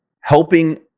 helping